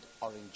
orange